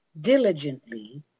diligently